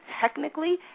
technically